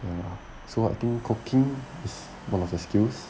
ya so I think cooking is one of the skills